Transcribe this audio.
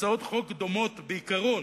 הצעות חוק דומות בעיקרן